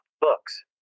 books